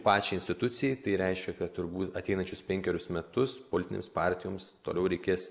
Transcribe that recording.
pačiai institucijai tai reiškia kad turbū ateinančius penkerius metus politinėms partijoms toliau reikės